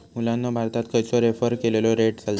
मुलांनो भारतात खयचो रेफर केलेलो रेट चलता?